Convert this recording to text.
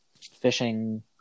fishing